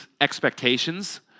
expectations